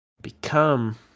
become